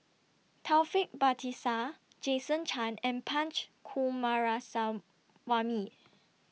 Taufik Batisah Jason Chan and Punch Coomaraswamy